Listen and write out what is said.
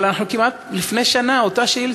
אבל אנחנו כמעט לפני שנה, אותה השאילתה,